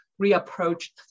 Reapproached